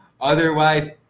Otherwise